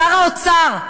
שר האוצר,